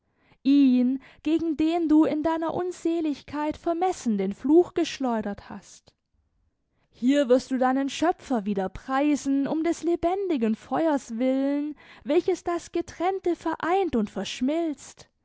ihn gegen den du in deiner unseligkeit vermessen den fluch geschleudert hast hier wirst du deinen schöpfer wieder preisen um des lebendigen feuers willen welches das getrennte vereint und verschmilzt